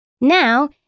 Now